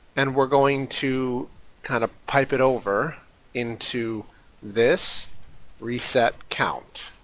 and we're going to kind of pipe it over into this resetcount.